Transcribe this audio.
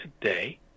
today